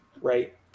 Right